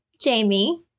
Jamie